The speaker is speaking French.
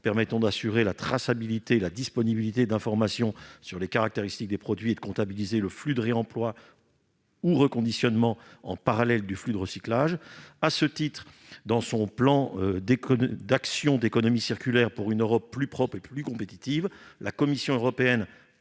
permettant d'assurer la traçabilité et la disponibilité d'informations sur les caractéristiques des produits et de comptabiliser le flux de réemploi ou reconditionnement en parallèle du flux de recyclage. À ce titre, dans son plan d'action d'économie circulaire pour une Europe plus propre et plus compétitive, la Commission européenne,